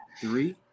Three